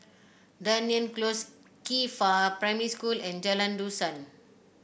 Dunearn Close Qifa Primary School and Jalan Dusan